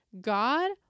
God